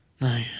No